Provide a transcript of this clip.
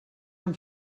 han